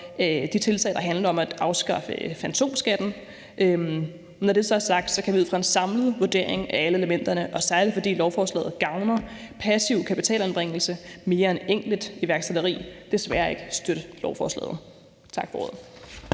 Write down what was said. de tiltag, der handler om at afskaffe fantomskatten. Når det så er sagt, kan vi ud fra en samlet vurdering af alle elementerne, og særlig fordi lovforslaget gavner passiv kapitalanbringelse mere end egentligt iværksætteri, desværre ikke støtte lovforslaget. Tak for ordet.